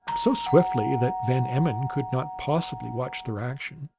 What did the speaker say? so swiftly that van emmon could not possibly watch their action,